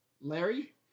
Larry